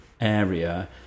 area